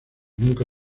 nunca